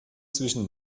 zwischen